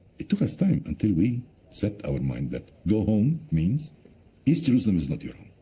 it took us time until we set our mind go home means east jerusalem is not your home,